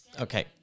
Okay